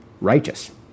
righteous